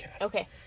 Okay